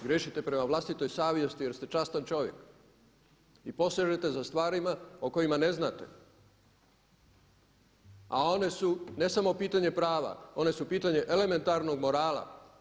Griješite prema vlastitoj savjesti jer ste častan čovjek i posežete za stvarima o kojima ne znate a one su ne samo pitanje prava, one su pitanje elementarnog morala.